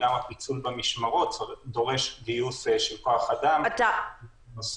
גם הפיצול במשמרות מצריך גיוס של כוח אדם נוסף.